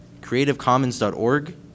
creativecommons.org